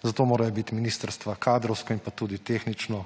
zato morajo biti ministrstva kadrovsko in tudi tehnično